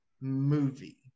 movie